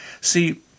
See